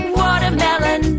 watermelon